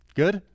good